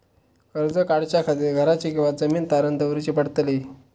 कर्ज काढच्या खातीर घराची किंवा जमीन तारण दवरूची पडतली?